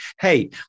Hey